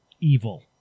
evil